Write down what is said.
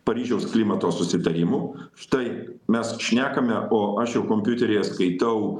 paryžiaus klimato susitarimų štai mes šnekame o aš jau kompiuteryje skaitau